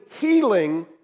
healing